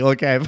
Okay